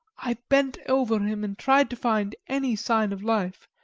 i bent over him, and tried to find any sign of life,